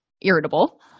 irritable